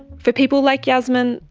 for people like yasmin,